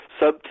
subtext